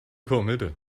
کامله